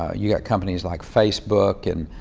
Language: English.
ah you've got companies like facebook and